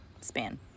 span